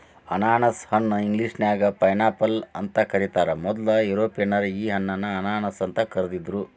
ಅನಾನಸ ಹಣ್ಣ ಇಂಗ್ಲೇಷನ್ಯಾಗ ಪೈನ್ಆಪಲ್ ಅಂತ ಕರೇತಾರ, ಮೊದ್ಲ ಯುರೋಪಿಯನ್ನರ ಈ ಹಣ್ಣನ್ನ ಅನಾನಸ್ ಅಂತ ಕರಿದಿದ್ರು